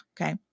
okay